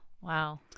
Wow